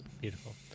beautiful